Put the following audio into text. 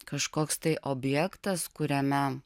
kažkoks tai objektas kuriame